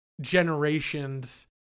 generations